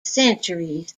centuries